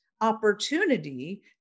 opportunity